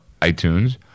iTunes